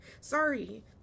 Sorry